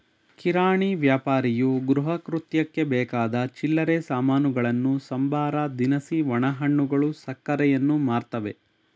ಕಿರಾಣಿ ವ್ಯಾಪಾರಿಯು ಗೃಹಕೃತ್ಯಕ್ಕೆ ಬೇಕಾದ ಚಿಲ್ಲರೆ ಸಾಮಾನುಗಳನ್ನು ಸಂಬಾರ ದಿನಸಿ ಒಣಹಣ್ಣುಗಳು ಸಕ್ಕರೆಯನ್ನು ಮಾರ್ತವೆ